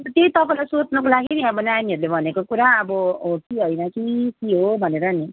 त्यही तपाईँलाई सोध्नको लागि नि अब नानीहरूले भनेको कुरा अब हो कि होइन कि के हो भनेर नि